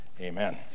Amen